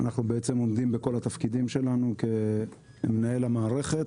אנחנו עומדים בכל התפקידים שלנו כמנהל המערכת.